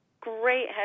great